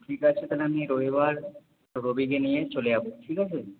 ঠিক আছে তাহলে আমি রবিবার রবিকে নিয়ে চলে যাব ঠিক আছে